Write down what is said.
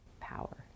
power